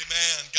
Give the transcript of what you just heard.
Amen